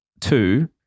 Two